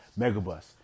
Megabus